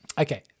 Okay